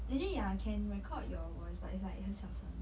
actually ya can record your voice but it's like 很小声